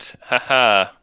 Haha